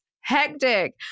hectic